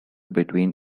between